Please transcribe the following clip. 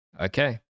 Okay